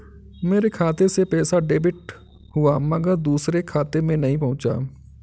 मेरे खाते से पैसा डेबिट हुआ मगर दूसरे खाते में नहीं पंहुचा